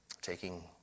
taking